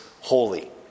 holy